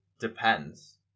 depends